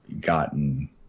gotten